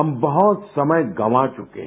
हम बहुत समय गवां चुके हैं